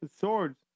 swords